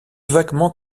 vaguement